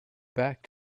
back